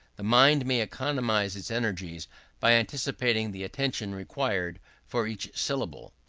the mind may economize its energies by anticipating the attention required for each syllable.